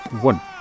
One